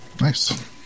nice